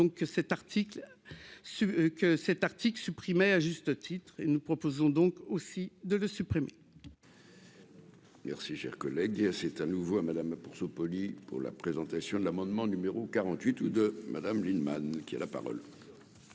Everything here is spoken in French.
ce que cet article supprimé à juste titre et nous proposons donc aussi de le supprimer. Merci, cher collègue, il a, c'est à nouveau à Madame pour ce polie pour la présentation de l'amendement numéro 48 ou de Madame Lienemann qui a la parole.